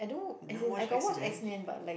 you don't watch X Men